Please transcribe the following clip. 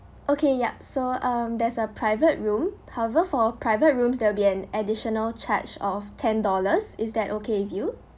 okay yup so um there's a private room however for private rooms there will be an additional charge of ten dollars is that okay with you